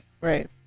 Right